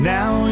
Now